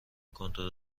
کنترل